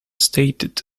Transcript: stated